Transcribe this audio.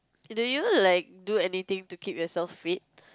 do you like do anything to keep yourself fit